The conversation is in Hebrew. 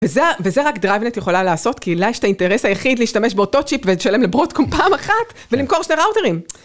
וזה רק דרייבנט יכולה לעשות כי לה יש את האינטרס היחיד להשתמש באותו צ'יפ ולשלם לברוטקום פעם אחת ולמכור שני ראוטרים.